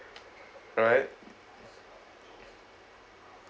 alright